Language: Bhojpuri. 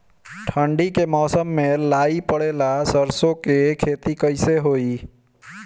ठंडी के मौसम में लाई पड़े ला सरसो के खेती कइसे होई?